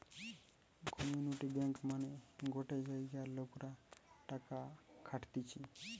community bank মানে গটে জায়গার লোকরা টাকা খাটতিছে